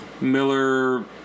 Miller